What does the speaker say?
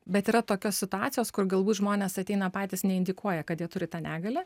bet yra tokios situacijos kur galbūt žmonės ateina patys neindikuoja kad jie turi tą negalią